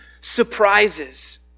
surprises